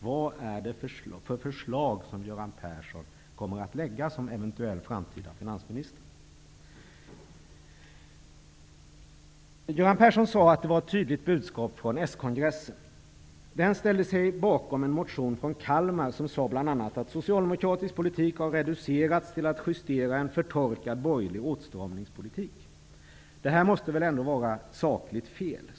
Vad är det för förslag som Göran Persson kommer att lägga fram som eventuell framtida finansminister? Göran Persson sade att budskapet från Socialdemokraternas kongress var tydligt. Kalmar som bl.a. sade att ''Socialdemokratisk politik har reducerats till att justera en förtorkad borgerlig åtstramningspolitik.'' Detta måste väl ändå vara rent sakligt fel.